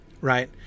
right